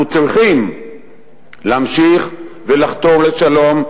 אנחנו צריכים להמשיך ולחתור לשלום,